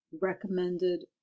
recommended